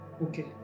Okay